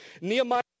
Nehemiah